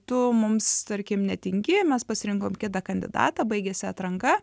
tu mums tarkim netinki mes pasirinkom kitą kandidatą baigėsi atranka